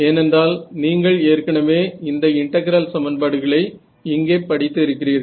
ஏனென்றால் நீங்கள் ஏற்கனவே இந்த இன்டெகிரல் சமன்பாடுகளை இங்கே படித்து இருக்கிறீர்கள்